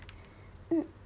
mm